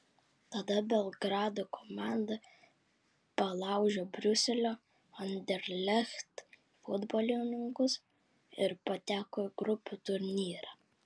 tada belgrado komanda palaužė briuselio anderlecht futbolininkus ir pateko į grupių turnyrą